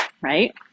right